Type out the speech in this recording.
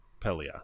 Pelia